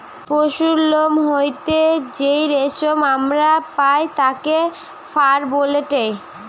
পশুর লোম হইতে যেই রেশম আমরা পাই তাকে ফার বলেটে